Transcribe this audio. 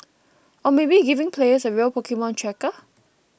or maybe giving players a real Pokemon tracker